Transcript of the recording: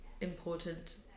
important